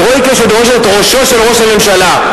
טרויקה שדורשת את ראשו של ראש הממשלה,